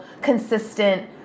consistent